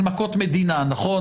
של "מכות מדינה", נכון?